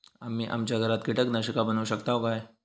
आम्ही आमच्या घरात कीटकनाशका बनवू शकताव काय?